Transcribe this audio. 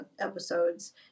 episodes